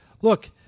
look